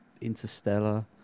interstellar